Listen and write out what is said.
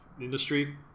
industry